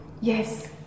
Yes